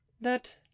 that